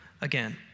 again